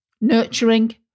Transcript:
nurturing